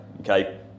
okay